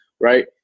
right